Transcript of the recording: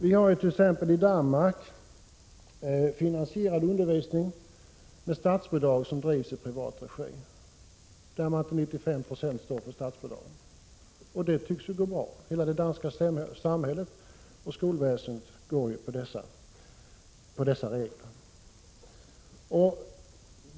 Vi har t.ex. i Danmark undervisning som drivs i privat regi och som till 95 Jo finansieras med statsbidrag. Det tycks ju gå bra. Hela det danska skolväsendet, och även samhället i övrigt, fungerar ju efter dessa regler.